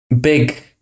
big